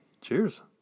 Cheers